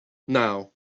now